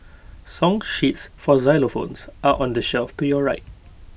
song sheets for xylophones are on the shelf to your right